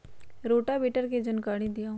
Rotavator के जानकारी दिआउ?